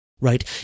right